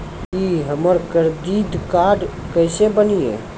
की हमर credit card केसे बनिये?